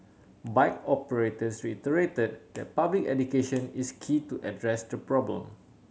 bike operators reiterated that public education is key to address the problem